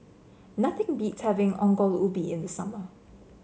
nothing beats having Ongol Ubi in the summer